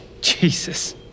Jesus